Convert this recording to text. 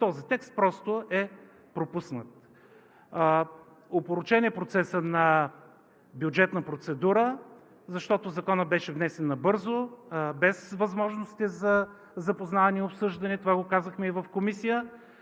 Този текст просто е пропуснат. Опорочен е процесът на бюджетна процедура, защото Законът беше внесен набързо, без възможности за запознаване и обсъждане. Това го казахме и в Комисията.